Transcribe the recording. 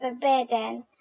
forbidden